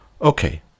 Okay